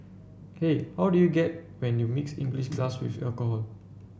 hey how do you get when you mix English class with alcohol